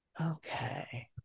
Okay